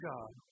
God